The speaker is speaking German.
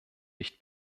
nicht